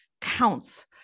counts